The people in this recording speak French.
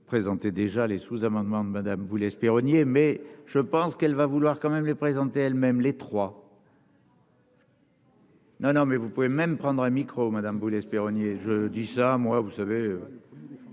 présenter déjà les sous-amendements de Madame vous l'esprit renié mais je pense qu'elle va vouloir quand même le présenter elle-même les 3. Non, non, mais vous pouvez même prendra micro Madame Boulay-Espéronnier je dis ça, moi vous savez.